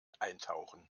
eintauchen